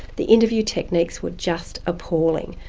the interview techniques were just appalling.